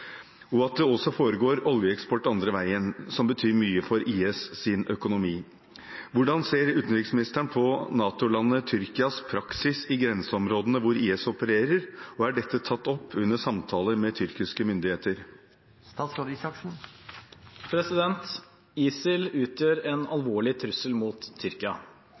og at det også foregår oljeeksport den andre veien, som betyr mye for IS sin økonomi. Hvordan ser utenriksministeren på NATO-landet Tyrkias praksis i grenseområdene hvor IS opererer, og er dette tatt opp under samtaler med tyrkiske myndigheter?» ISIL utgjør en alvorlig trussel mot Tyrkia.